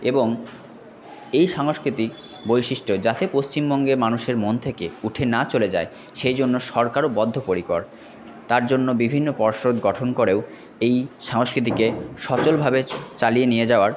এবং এই সংস্কৃতি বৈশিষ্ট্য যাতে পশ্চিমবঙ্গের মানুষের মন থেকে উঠে না চলে যায় সেই জন্য সরকারও বদ্ধপরিকর তার জন্য বিভিন্ন পর্ষদ গঠন করেও এই সংস্কৃতিকে সচলভাবে চালিয়ে নিয়ে যাওয়ার